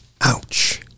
Ouch